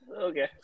Okay